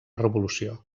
revolució